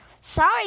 Sorry